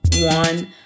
one